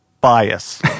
bias